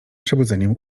przebudzeniem